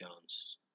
Jones